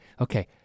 okay